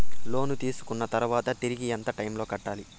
లోను తీసుకున్న తర్వాత తిరిగి ఎంత టైములో కట్టాలి